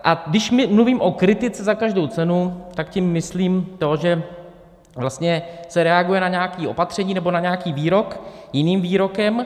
A když mluvím o kritice za každou cenu, tak tím myslím to, že vlastně se reaguje na nějaké opatření nebo na nějaký výrok jiným výrokem.